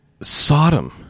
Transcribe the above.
Sodom